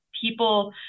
people